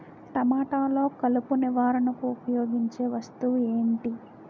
టమాటాలో కలుపు నివారణకు ఉపయోగించే వస్తువు ఏంటి?